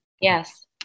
Yes